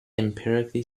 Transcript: empirically